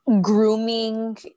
grooming